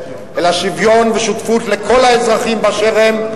אלא שוויון ושותפות לכל האזרחים באשר הם,